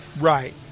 Right